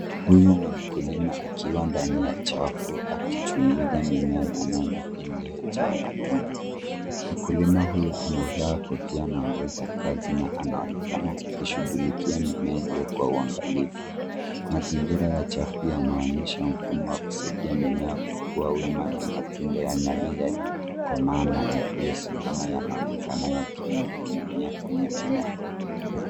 Huyu ni mkulima akiwa ndani ya chafu akichunguza mimea ya nyanya iliyojaa matunda. Mkulima huyo amevaa kofia na nguo za kazi na anaonekana akishugulikia mimea hiyo kwa uangalifu. Mazingira ya chafu yanaonyesha mfumo wa kusaidia mimea kukuwa wima na matunda ya nyanya yaliyokomaa na yaliyosimama yanaonekana yakining'inia kwenye mimea.